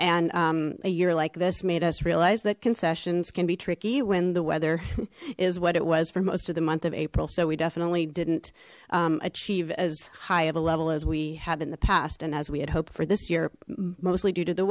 and a year like this made us realize that concessions can be tricky when the weather is what it was for most of the month of april so we definitely didn't achieve as high of a level as we have in the past and as we had hoped for this year mostly due to the